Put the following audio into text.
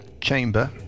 chamber